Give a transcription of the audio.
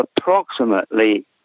approximately